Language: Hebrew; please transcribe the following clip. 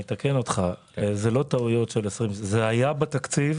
אני אתקן אותך, אלה לא טעויות, זה היה בתקציב